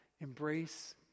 embrace